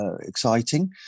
exciting